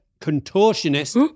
contortionist